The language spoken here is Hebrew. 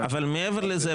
מעבר לזה,